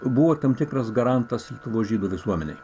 buvo tam tikras garantas lietuvos žydų visuomenei